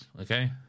okay